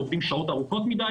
או עובדים שעות ארוכות מדי,